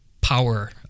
power